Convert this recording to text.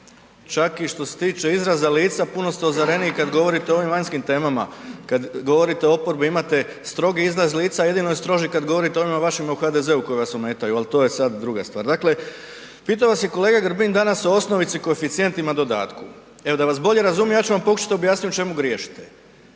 Čak i što se tiče izraza lica, puno ste ozareniji kad govorite o ovim vanjskim temama, kad govorite o oporbi, imate strogi izraz lica, jedino je stroži kad govorite onima vašima u HDZ-u koji vas ometaju ali to je sad druga stvar. Dakle, pitao vas je kolega Grbin danas o osnovici, koeficijentima, dodatku. Evo da vas bolje razumijem, ja ću vam pokušati objasniti u čemu griješite.